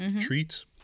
treats